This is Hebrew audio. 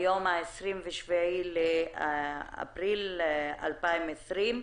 היום 27 באפריל 2020,